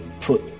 put